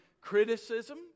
criticism